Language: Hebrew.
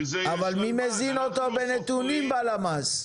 אבל מי מזין אותו בנתונים בלמ"ס?